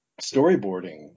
storyboarding